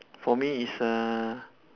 for me is uh